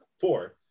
four